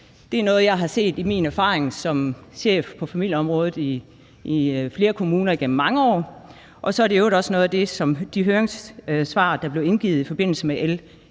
Det er noget, jeg i min egenskab af chef på familieområdet har erfaring med i flere kommuner igennem mange år. Og så er det i øvrigt også noget af det, som man i de høringssvar, der blev indgivet i forbindelse med L